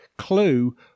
clue